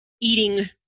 eating